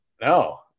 No